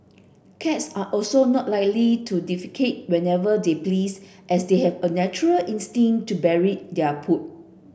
cats are also not likely to defecate wherever they please as they have a natural instinct to bury their poop